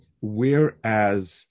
whereas